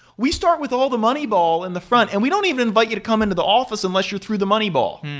we start with all the money-ball in the front and we don't even invite you to come into the office unless you're through the money-ball.